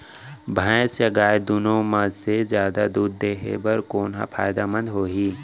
भैंस या गाय दुनो म से जादा दूध देहे बर कोन ह फायदामंद होही?